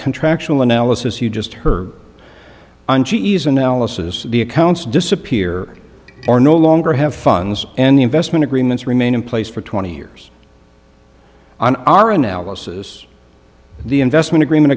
contractual analysis you just heard on she's analysis the accounts disappear or no longer have funds and the investment agreements remain in place for twenty years on our analysis the investment agreement